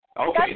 Okay